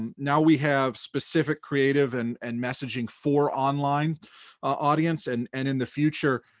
um now we have specific creative and and messaging for online audience, and and in the future,